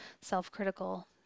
self-critical